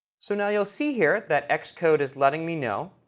so now you'll see here that xcode is letting me know